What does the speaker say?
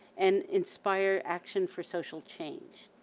and inspire action for social change.